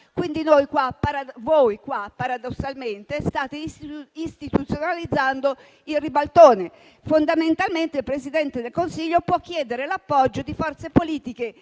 Quindi, voi, paradossalmente, state istituzionalizzando il ribaltone; fondamentalmente il Presidente del Consiglio può chiedere l'appoggio di forze politiche